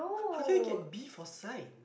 how can you get B for science